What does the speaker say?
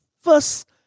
first